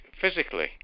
physically